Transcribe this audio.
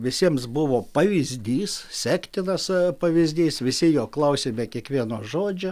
visiems buvo pavyzdys sektinas pavyzdys visi jo klausėme kiekvieno žodžio